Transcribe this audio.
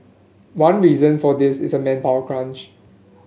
one reason for this is a manpower crunch